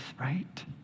right